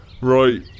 Right